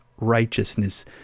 righteousness